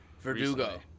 Verdugo